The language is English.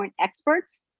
experts